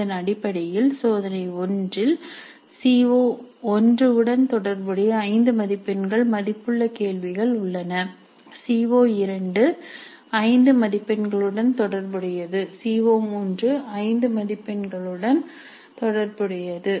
அதன் அடிப்படையில் சோதனை 1 இல் சி ஓ1 உடன் தொடர்புடைய 5 மதிப்பெண்கள் மதிப்புள்ள கேள்விகள் உள்ளன சி ஓ2 5 மதிப்பெண்களுடன் தொடர்புடையது சி ஓ3 5 மதிப்பெண்களுடன் தொடர்புடையது